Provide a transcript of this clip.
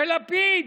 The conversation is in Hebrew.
של לפיד.